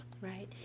Right